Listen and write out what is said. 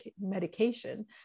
medication